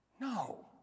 No